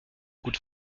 gut